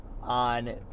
on